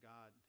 God